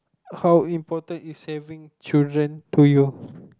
how important is having children to you